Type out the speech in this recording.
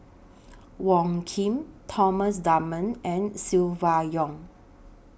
Wong Keen Thomas Dunman and Silvia Yong